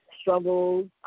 struggles